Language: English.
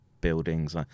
buildings